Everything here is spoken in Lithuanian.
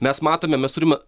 mes matome mes turime